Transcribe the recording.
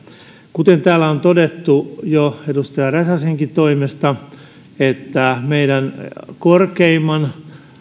kuten täällä on todettu jo edustaja räsäsenkin toimesta meidän korkeimman